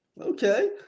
Okay